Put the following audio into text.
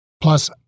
plus